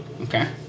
Okay